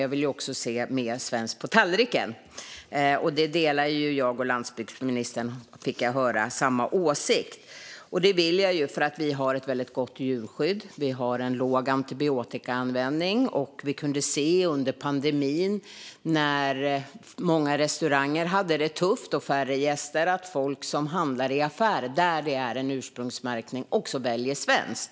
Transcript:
Jag vill också se mer svenskt på tallriken. Där har jag och landsbygdsministern samma åsikt, fick jag höra. Jag vill det för att vi har ett väldigt gott djurskydd och en låg antibiotikaanvändning. Under pandemin, när många restauranger hade det tufft och fick färre gäster, kunde man se att folk som handlade i affärer, där det finns ursprungsmärkning, valde svenskt.